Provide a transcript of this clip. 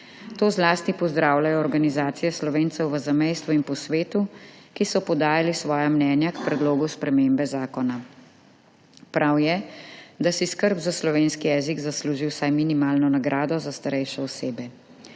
To zlasti pozdravljajo organizacije Slovencev v zamejstvu in po svetu, ki so podale svoja mnenja k predlogu spremembe zakona. Prav je, da si skrb za slovenski jezik zasluži vsaj minimalno nagrado za starejše osebe.